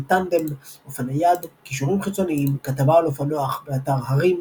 טנדם אופני יד קישורים חיצוניים כתבה על אופנוח באתר Harim